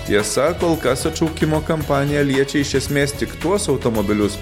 tiesa kol kas atšaukimo kampanija liečia iš esmės tik tuos automobilius